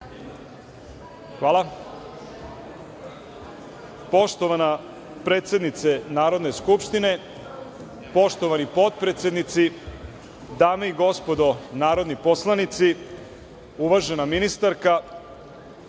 Hvala. Poštovana predsednice Narodne skupštine, poštovani potpredsednici, dame i gospodo narodni poslanici, uvažena ministarka,